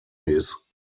his